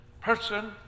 person